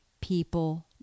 people